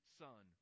son